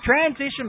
transition